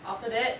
after that